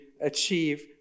achieve